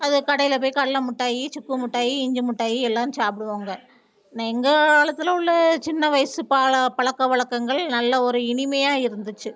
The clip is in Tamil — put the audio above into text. அது கடையில் போய் கடல மிட்டாயி சுக்கு மிட்டாயி இஞ்சி சாப்பிடுவாங்க ந எங்கள் காலத்தில் உள்ள சின்ன வயது பால பழக்க வழக்கங்கள் நல்ல ஒரு இனிமையாக இருந்துச்சு